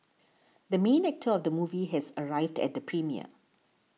the main actor of the movie has arrived at the premiere